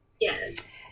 Yes